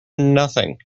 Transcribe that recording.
nothing